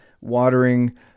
watering